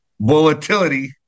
volatility